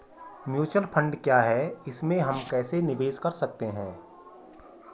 Mutual fund क्या है इसमें हम कैसे निवेश कर सकते हैं?